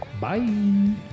Bye